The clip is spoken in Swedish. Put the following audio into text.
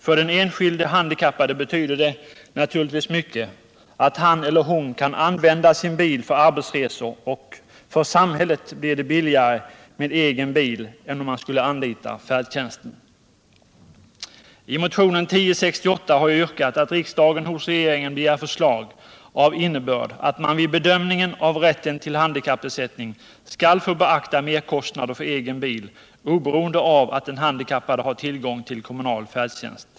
För den enskilde handikappade betyder det naturligtvis mycket att han eller hon kan använda sin bil för arbetsresor, och för samhället blir det billigare om den handikappade använder egen bil än om han eller hon skulle anlita färdtjänsten. I motionen 1068 har jag yrkat att riksdagen hos regeringen begär förslag av innebörd att vid bedömningen av rätten till handikappersättning skall få beaktas merkostnader för egen bil oberoende av att den handikappade har tillgång till kommunal färdtjänst.